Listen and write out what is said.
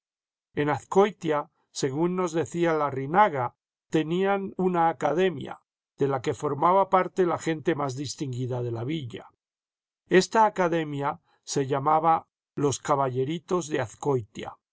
en azcoitia según nos decía larrinaga tenían una academia de la que formaba parte la gente más distinguida de la villa esta academia se llamaba los caballeritos de